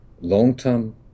long-term